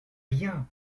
rien